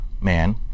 man